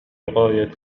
غاية